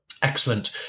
Excellent